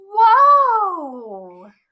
Whoa